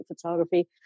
photography